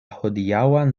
hodiaŭan